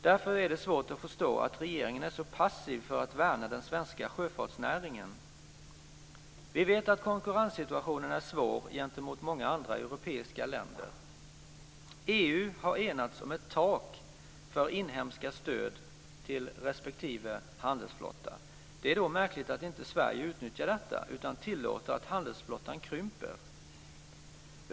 Därför är det svårt att förstå att regeringen är så passiv i fråga om att värna den svenska sjöfartsnäringen. Vi vet att konkurrenssituationen är svår gentemot många andra europeiska länder. EU har enats om ett tak för inhemska stöd till respektive handelsflotta. Det är då märkligt att Sverige inte utnyttjar detta utan tillåter att handelsflottan krymper.